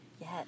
Yes